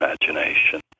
imagination